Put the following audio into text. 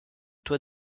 toit